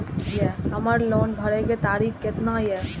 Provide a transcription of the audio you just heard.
हमर लोन भरे के तारीख केतना ये?